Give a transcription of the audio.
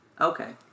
Okay